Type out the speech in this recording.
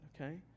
okay